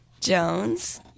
Jones